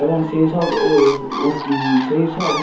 এবং সেই সব সেই সব